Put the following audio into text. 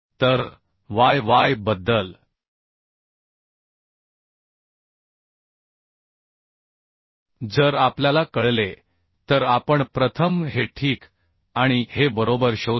तर y y बद्दल जर आपल्याला कळले तर आपण प्रथम हे ठीक आणि हे बरोबर शोधू